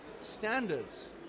standards